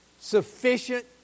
sufficient